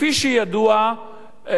כפי שידוע,